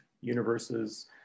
universes